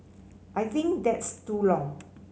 I think that's too long